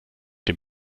den